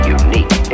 unique